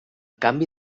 canvi